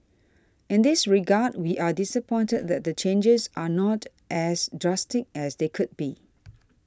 in this regard we are disappointed that the changes are not as drastic as they could be